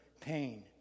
pain